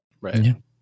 Right